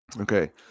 okay